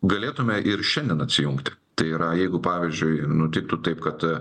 galėtume ir šiandien atsijungti tai yra jeigu pavyzdžiui nutiktų taip kad